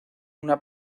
una